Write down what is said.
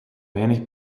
weinig